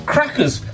Crackers